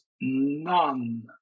none